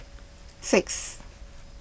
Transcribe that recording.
six